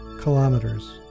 kilometers